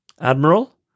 Admiral